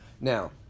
Now